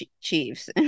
Chiefs